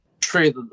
trade